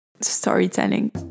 Storytelling